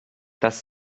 dass